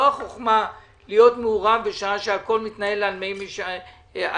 לא חכמה להיות מעורב בשעה שהכול מתנהל על מי מנוחות.